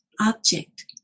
object